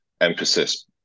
emphasis